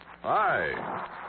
Hi